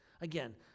Again